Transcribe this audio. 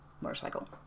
motorcycle